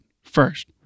first-